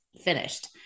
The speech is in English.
finished